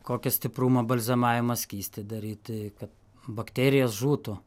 kokio stiprumo balzamavimo skystį daryt kad bakterijos žūtų